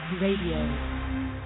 Radio